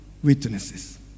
witnesses